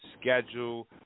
schedule